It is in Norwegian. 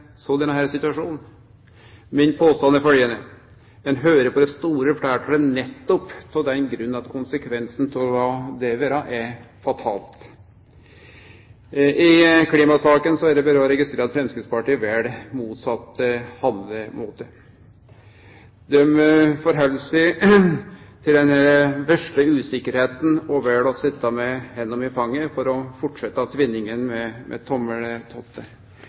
Min påstand er følgjande: Ein høyrer på det store fleirtalet, nettopp av den grunn at konsekvensen av det kan vere fatal. I klimasaka er det berre å registrere at Framstegspartiet vel motsett handlemåte. Dei held seg til den vesle usikkerheita, og vel å sitje med hendene i fanget for å fortsette tvinninga med